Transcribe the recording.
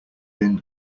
thin